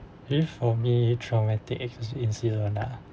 if for me traumatic incident lah